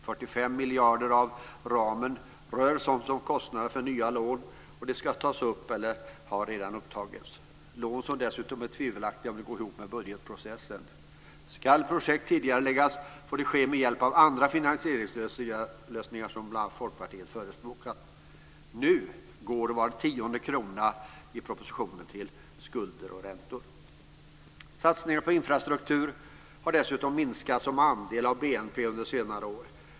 45 miljarder kronor av ramen rör sådant som kostnader för nya lån som ska tas upp eller redan har upptagits. Dessutom är det tvivelaktigt om dessa lån går ihop med budgetprocessen. Ska projekt tidigareläggas så får det ske med hjälp av andra finansieringslösningar som bl.a. Folkpartiet förespråkar. Nu går var tionde krona i propositionen till skulder och räntor. Satsningar på infrastruktur har dessutom minskat som andel av BNP under senare år.